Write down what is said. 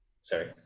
sorry